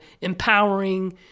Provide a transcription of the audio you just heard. empowering